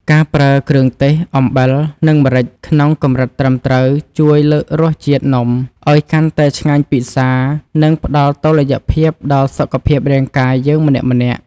ការប្រើគ្រឿងទេសអំបិលនិងម្រេចក្នុងកម្រិតត្រឹមត្រូវជួយលើករសជាតិនំឱ្យកាន់តែឆ្ងាញ់ពិសា និង ផ្ដល់តុល្យភាពដល់សុខភាពរាងកាយយើងម្នាក់ៗ។